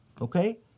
okay